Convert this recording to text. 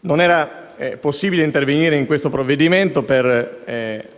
Non era possibile intervenire in questo provvedimento per